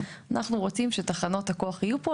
אנחנו רוצים שתחנות הכוח יהיו פה.